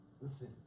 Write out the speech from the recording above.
Listen